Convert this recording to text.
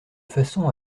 façon